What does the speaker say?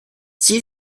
ziel